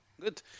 good